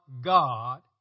God